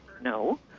no